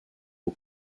aux